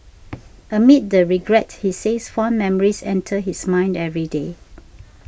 amid the regret he says fond memories enter his mind every day